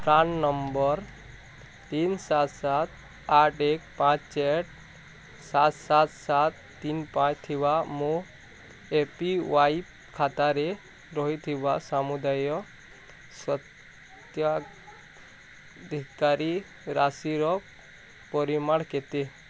PAN number ତିନି ସାତ ସାତ ଆଠ ଏକ ପାଞ୍ଚ ଚାର ସାତ ସାତ ସାତ ତିନି ପାଞ୍ଚ ଥିବା ମୋ ଏ ପି ୱାଇ ଖାତାରେ ରହିଥିବା ସମୁଦାୟ ସ୍ଵାତ୍ୟାଧିକାରୀ ରାଶିର ପରିମାଣ କେତେ